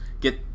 get